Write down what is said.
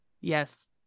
yes